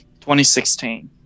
2016